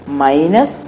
minus